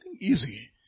easy